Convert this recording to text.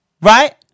Right